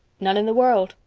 none in the world.